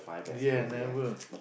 ya never